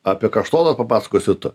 apie kaštoną papasakosi tu